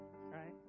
right